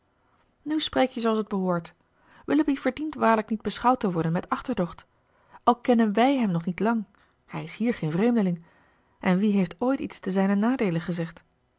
nu spreek je zooals het behoort willoughby verdient waarlijk niet beschouwd te worden met achterdocht al kennen wij hem nog niet lang hij is hier geen vreemdeling en wie heeft ooit iets te zijnen nadeele gezegd